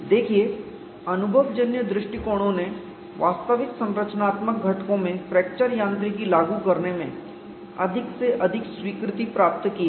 देखिए अनुभवजन्य दृष्टिकोणों ने वास्तविक संरचनात्मक घटकों में फ्रैक्चर यांत्रिकी लागू करने में अधिक से अधिक स्वीकृति प्राप्त की है